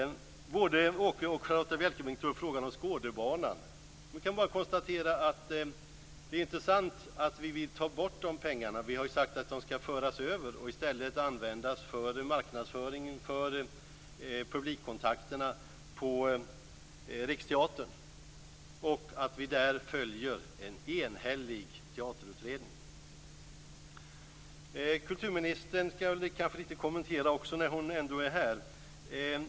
Både Åke Gustavsson och Charlotta Bjälkebring tog upp frågan om Skådebanan. Vi kan bara konstatera att det inte är sant att vi vill ta bort de pengarna. Vi har sagt att de skall föras över och i stället användas till marknadsföringen för publikkontakterna på Riksteatern och att vi där följer en enhällig teaterutredning. Kulturministern skall jag också kommentera när hon nu är här.